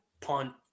punt